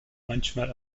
manchmal